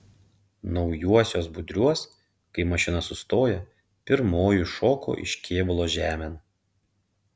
naujuosiuos budriuos kai mašina sustoja pirmoji šoku iš kėbulo žemėn